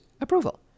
approval